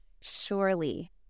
surely